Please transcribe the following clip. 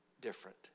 different